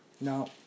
no